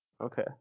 Okay